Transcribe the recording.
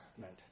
meant